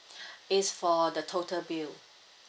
is for the total bill